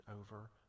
over